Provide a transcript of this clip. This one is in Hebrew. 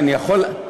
אני יודע.